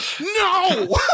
No